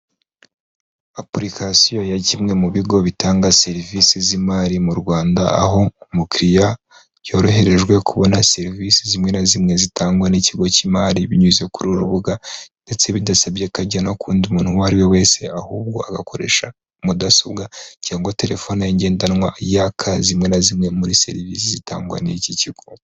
Apulikasiyo ya kimwe mu bigo bitanga serivisi z'imari mu Rwanda, aho umukiriya yoroherejwe kubona serivisi zimwe na zimwe zitangwa n'ikigo cy'imari binyuze kuri uru rubuga ndetse bidasabye ko ajya no kuwundi muntu uwo ari we wese, ahubwo agakoresha mudasobwa cyangwa telefoni ye ngendanwa yaka zimwe na zimwe muri serivisi zitangwa n'iki kigo.